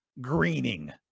greening